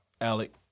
Alec